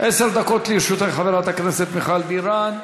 עשר דקות לרשותך, חברת הכנסת מיכל בירן.